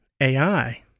AI